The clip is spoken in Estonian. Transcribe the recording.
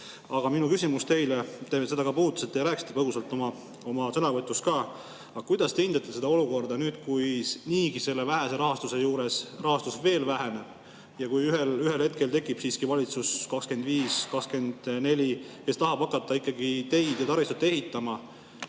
Aga minu küsimus teile, te seda ka puudutasite ja rääkisite sellest põgusalt oma sõnavõtus ka: kuidas te hindate seda olukorda nüüd, kui selle niigi vähese rahastuse juures rahastus veel väheneb ja kui ühel hetkel tekib siiski valitsus, 2024, 2025, kes tahab hakata ikkagi teid ja taristut ehitama,